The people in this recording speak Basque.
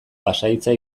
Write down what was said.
pasahitza